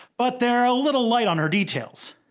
but they're a little light on her details.